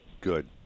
good